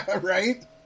right